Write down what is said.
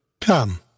Come